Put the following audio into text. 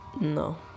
No